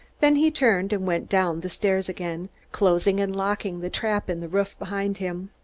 then he turned and went down the stairs again, closing and locking the trap in the roof behind him.